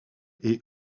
est